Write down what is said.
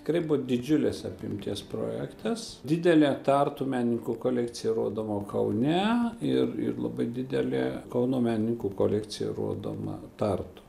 tikrai buvo didžiulės apimties projektas didelė tartu menininkų kolekcija rodoma kaune ir ir labai didelė kauno menininkų kolekcija rodoma tartu